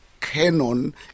canon